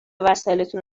وسایلاتون